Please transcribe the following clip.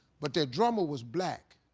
but their drummer was black.